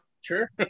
Sure